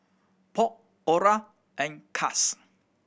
Polk Orah and Cas